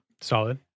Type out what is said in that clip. Solid